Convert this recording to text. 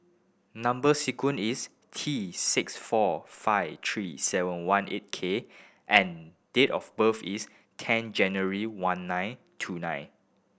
number sequence is T six four five three seven one eight K and date of birth is ten January one nine two nine